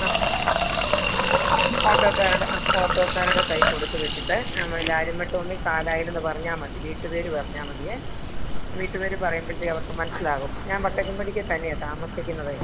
ആ ഓട്ടോക്കാരുടെ ആ ഓട്ടോക്കാരുടെ കയ്യിൽ കൊടുത്ത് വിട്ടിട്ട് അവ ലാരുമ ടോമി കാനായിലെന്ന് പറഞ്ഞാൽമതി വീട്ടുപേര് പറഞ്ഞാൽമതിയേ വീട്ടുപേര് പറയുമ്പഴത്തേക്ക് അവർക്ക് മനസ്സിലാകും ഞാൻ വക്കച്ചൻപടിക്ക് തന്നെയാ താമസിക്കുന്നതേ